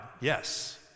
yes